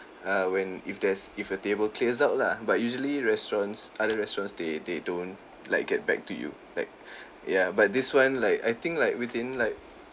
uh when if there's if a table clears out lah but usually restaurants other restaurants they they don't like get back to you like ya but this one like I think like within like